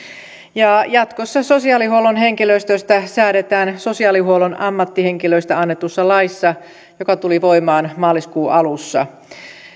ja jatkossa sosiaalihuollon henkilöstöstä säädetään sosiaalihuollon ammattihenkilöistä annetussa laissa joka tuli voimaan maaliskuun alussa